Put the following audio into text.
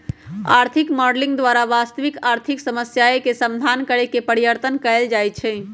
आर्थिक मॉडलिंग द्वारा वास्तविक आर्थिक समस्याके समाधान करेके पर्यतन कएल जाए छै